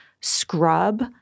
scrub